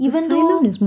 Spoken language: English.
even though